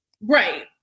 right